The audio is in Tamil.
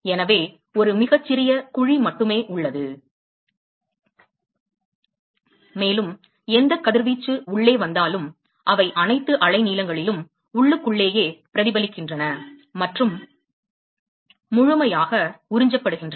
எனவே ஒரு மிகச் சிறிய குழி மட்டுமே உள்ளது மேலும் எந்த கதிர்வீச்சு உள்ளே வந்தாலும் அவை அனைத்து அலைநீளங்களிலும் உள்ளுக்குள்ளேயே பிரதிபலிக்கின்றன மற்றும் முழுமையாக உறிஞ்சப்படுகின்றன